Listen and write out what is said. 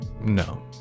no